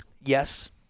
Yes